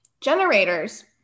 generators